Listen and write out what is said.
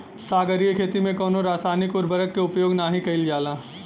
सागरीय खेती में कवनो रासायनिक उर्वरक के उपयोग नाही कईल जाला